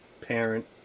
parent